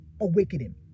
awakening